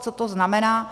Co to znamená?